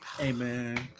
Amen